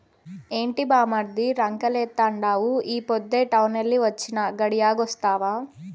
ఏంది బామ్మర్ది రంకెలేత్తండావు ఈ పొద్దే టౌనెల్లి వొచ్చినా, గడియాగొస్తావా